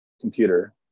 computer